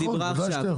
בוודאי שאתה יכול.